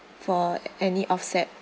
for any offset